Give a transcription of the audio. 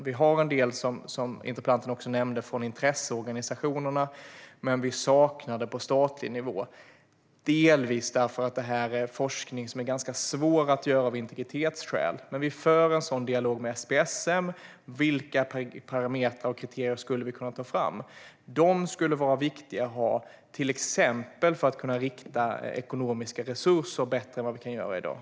Vi har en del från intresseorganisationerna, som interpellanten nämnde, men vi saknar det på statlig nivå. Det är delvis därför att det här är forskning som är ganska svår att göra av integritetsskäl, men vi för en dialog med SPSM om vilka parametrar och kriterier vi skulle kunna ta fram. De skulle vara viktiga att ha till exempel för att kunna rikta ekonomiska resurser bättre än vad vi kan göra i dag.